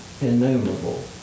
innumerable